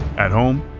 at home,